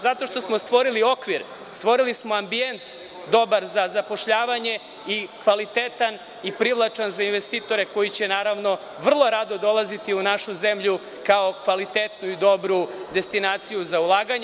Zato što smo stvorili okvir, stvorili smo dobar ambijent za zapošljavanje i kvalitetan i privlačan za investitore, koji će, naravno, vrlo rado dolaziti u našu zemlju kao kvalitetnu i dobru destinaciju za ulaganje.